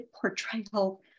portrayal